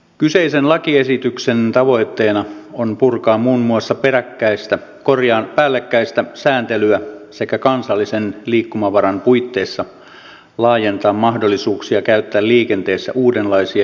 kyseisen lakiesityksen tavoitteena on purkaa muun muassa päällekkäistä sääntelyä sekä kansallisen liikkumavaran puitteissa laajentaa mahdollisuuksia käyttää liikenteessä uudenlaisia kevyitä ajoneuvoja